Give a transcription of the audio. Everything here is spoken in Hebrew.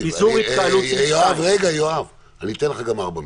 רגע, יואב, אני אתן לך גם ארבע משפטים.